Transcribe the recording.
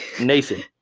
nathan